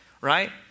Right